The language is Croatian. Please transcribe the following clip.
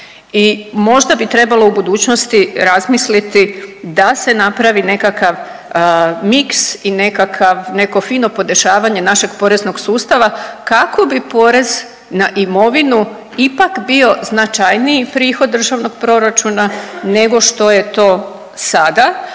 i možda bi trebalo u budućnosti razmisliti da se napravi nekakav miks i nekakav, neko fino podešavanje našeg poreznog sustava, kako bi porez na imovinu ipak bio značajniji prihod državnog proračuna, nego što je to sada,